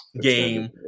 game